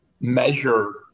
measure